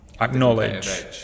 acknowledge-